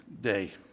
day